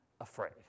afraid